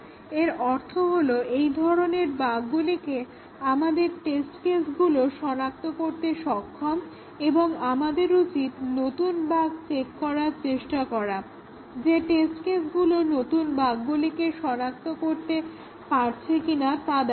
এর অর্থ হলো এই ধরনের বাগগুলিকে আমাদের টেস্ট কেসগুলো সনাক্ত করতে সক্ষম এবং আমাদের উচিত নতুন বাগ্ চেক করার চেষ্টা করা যে টেস্ট কেসগুলো নতুন বাগগুলিকে শনাক্ত করতে পারছে কিনা